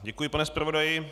Děkuji, pane zpravodaji.